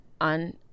on